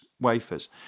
wafers